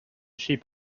sheep